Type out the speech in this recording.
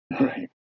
Right